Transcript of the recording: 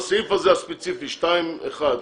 בסעיף הספציפי הזה 2(1)